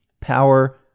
power